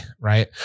Right